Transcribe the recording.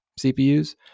CPUs